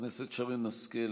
חברת הכנסת שרן השכל,